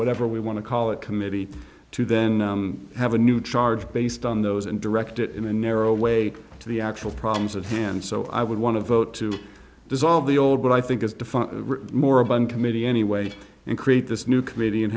whatever we want to call it committee to then have a new charge based on those and direct it in a narrow way to the actual problems at hand so i would want to vote to dissolve the old what i think is defunct moribund committee anyway and create this new committee and